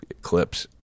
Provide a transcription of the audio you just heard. clips